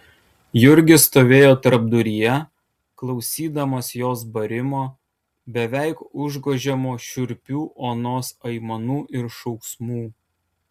jurgis stovėjo tarpduryje klausydamas jos barimo beveik užgožiamo šiurpių onos aimanų ir šauksmų